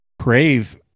Crave